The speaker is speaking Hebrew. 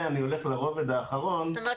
זאת אומרת,